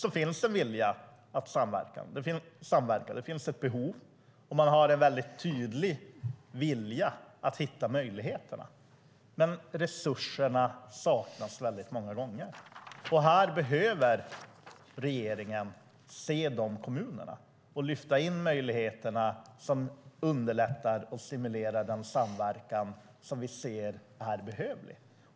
I dessa båda kommuner finns en vilja och ett behov av att samverka, och man har en tydlig önskan att hitta möjligheterna. Resurserna saknas dock ofta. Regeringen behöver se dessa kommuner och lyfta fram möjligheterna som underlättar och stimulerar den samverkan som behövs.